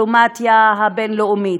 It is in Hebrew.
בדיפלומטיה הבין-לאומית.